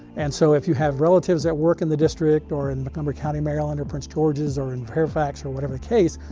and so if you have relatives that work in the district or and montgomery county, maryland, or prince george's or fairfax or whatever the case,